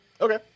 Okay